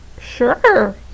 Sure